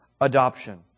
adoption